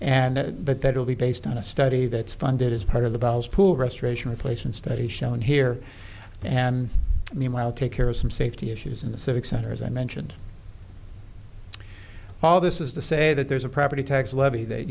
and but that will be based on a study that's funded as part of the bowels pool restoration replacement study shown here and meanwhile take care of some safety issues in the civic center as i mentioned all this is to say that there's a property tax levy that